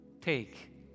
Take